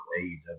AEW